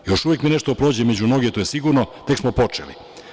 Još uvek mi nešto prođe među noge, to je sigurno, tek smo počeli.